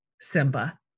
Simba